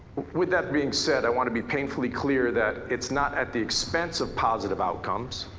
with that being said, i want to be painfully clear that it's not at the expense of positive outcomes.